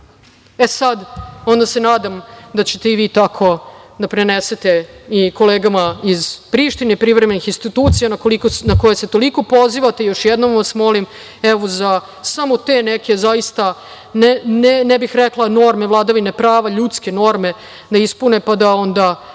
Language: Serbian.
postulat. Onda se nadam da ćete i vi tako da prenesete i kolegama iz Prištine, privremenih institucija na koje se toliko pozivate, još jednom vas molim evo za samo te neke zaista, ne bih rekla norme vladavine prava, ljudske norme da ispune, pa da onda